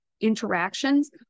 interactions